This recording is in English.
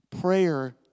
Prayer